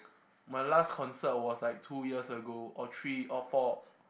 my last concert was like two years ago or three or four